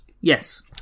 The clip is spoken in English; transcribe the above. Yes